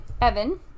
Evan